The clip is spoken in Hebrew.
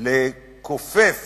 לכופף